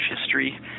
history